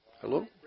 Hello